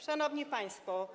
Szanowni Państwo!